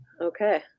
okay